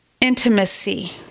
Intimacy